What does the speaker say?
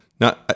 Now